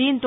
దీంతో